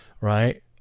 right